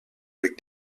avec